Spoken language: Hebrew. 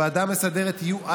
לוועדה המסדרת יהיו,